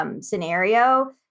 Scenario